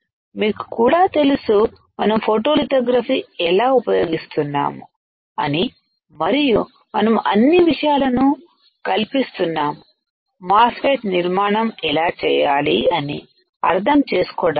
మీకు కూడా తెలుసు మనము ఫోటోలితోగ్రఫీ ఎలా ఉపయోగిస్తున్నాము అని మరియు మనము అన్ని విషయాలను కల్పిస్తున్నాము మాస్ ఫెట్ నిర్మాణము ఎలా చేయాలి అని అర్థం చేసు కోవడానికి